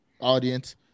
audience